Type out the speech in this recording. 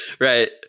Right